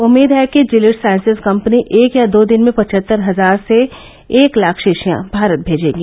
उम्मीद है कि जीलीड साइंसेज कम्पनी एक या दो दिन में पचहत्तर हजार से एक लाख शीशियां भारत भेजेगी